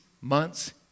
months